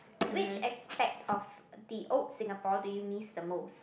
which aspect of the old Singapore do you miss the most